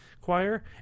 choir